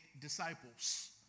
disciples